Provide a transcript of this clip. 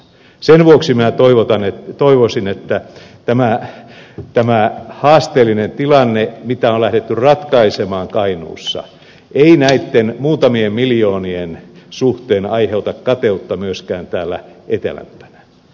sen vuoksi minä toivoisin että tämä haasteellinen tilanne mitä on lähdetty ratkaisemaan kainuussa ei näitten muutamien miljoonien suhteen aiheuta kateutta myöskään täällä etelämpänä